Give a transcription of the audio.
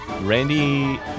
Randy